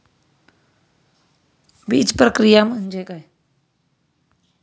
बीजप्रक्रिया म्हणजे काय?